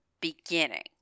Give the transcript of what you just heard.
beginning